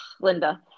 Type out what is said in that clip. Linda